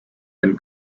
been